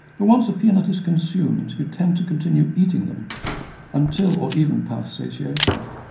but once a peanut is consumed you tend to continue eating them until or even past satiation.